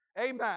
Amen